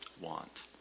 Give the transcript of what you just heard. want